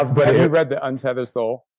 have but you read the untethered soul?